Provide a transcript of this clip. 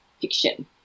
fiction